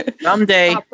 someday